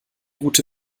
gute